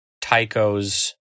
Tycho's